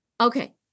Okay